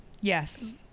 yes